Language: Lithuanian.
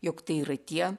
jog tai yra tie